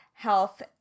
health